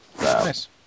Nice